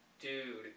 Dude